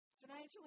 financially